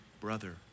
brother